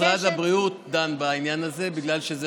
משרד הבריאות דן בעניין הזה בגלל שזה